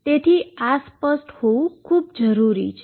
તેથી આ સ્પષ્ટ હોવું ખૂબ જરૂરી છે